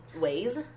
ways